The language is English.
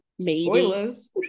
Spoilers